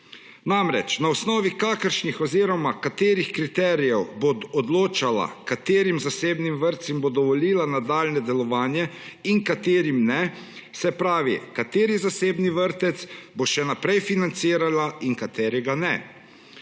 Namreč, na osnovi kakršnih oziroma katerih kriterijev bo odločala, katerim zasebnim vrtcem bo dovolila nadaljnje delovanje in katerim ne, se pravi, kateri zasebni vrtec bo še naprej financirala in katerega ne.